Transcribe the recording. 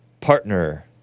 partner